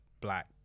black